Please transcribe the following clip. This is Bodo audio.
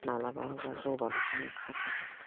माब्लाबा जबाल'सो खाथेदो